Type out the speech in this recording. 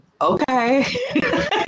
Okay